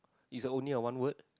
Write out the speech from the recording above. is a only a one word